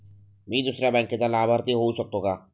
मी दुसऱ्या बँकेचा लाभार्थी होऊ शकतो का?